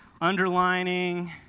underlining